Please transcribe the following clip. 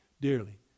dearly